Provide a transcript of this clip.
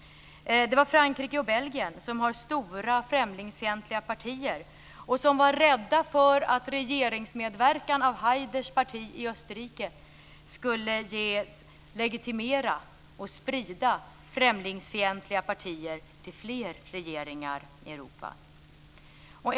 Frankrike och Belgien har stora främlingsfientliga partier och var rädda för att en regeringsmedverkan av Haiders parti i Österrike skulle legitimera och sprida främlingsfientliga partier till fler regeringar i Europa.